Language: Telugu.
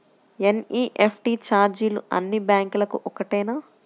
ఎన్.ఈ.ఎఫ్.టీ ఛార్జీలు అన్నీ బ్యాంక్లకూ ఒకటేనా?